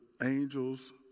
angel's